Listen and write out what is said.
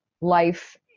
life